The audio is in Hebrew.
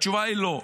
התשובה היא לא.